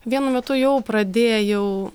vienu metu jau pradėjau